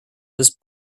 this